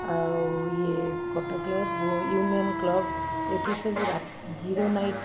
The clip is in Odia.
ଆଉ ଇଏ କଟକ କ୍ଲବ୍ ୟୁନିୟନ୍ କ୍ଲବ୍ ଏଠିସବୁ ଜିରୋ ନାଇଟ୍